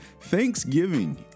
Thanksgiving